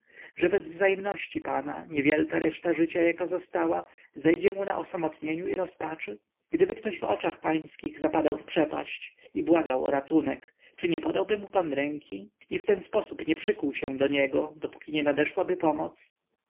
że bez wzajemności pana niewielka reszta życia jaka została zejdzie mu w osamotnieniu i rozpaczy gdyby ktoś w oczach pańskich zapadał w przepaść i błagał o ratunek czy nie podałby mu pan ręki i w ten sposób nie przykuł się do niego dopóki nie nadeszłaby pomoc